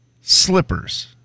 Slippers